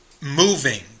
Moving